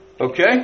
Okay